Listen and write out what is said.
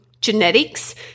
genetics